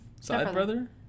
Side-brother